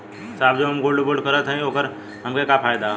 साहब जो हम गोल्ड बोंड हम करत हई त ओकर हमके का फायदा ह?